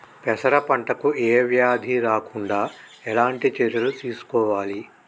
పెరప పంట కు ఏ వ్యాధి రాకుండా ఎలాంటి చర్యలు తీసుకోవాలి?